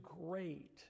great